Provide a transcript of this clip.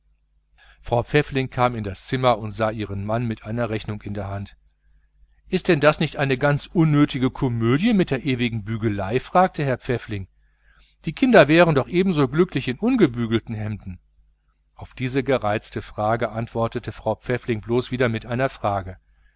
frau pfäffling kam in das zimmer und sah ihren mann mit einer rechnung in der hand ist denn das nicht eine ganz unnötige komödie mit der ewigen bügelei fragte herr pfäffling die kinder wären doch ebenso glücklich in ungebügelten hemden auf diese gereizte frage antwortete frau pfäffling bloß wieder mit einer frage